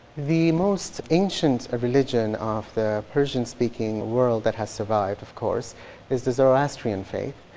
the most ancient religion of the persian-speaking world that has survived of course is the zoroastrian faith.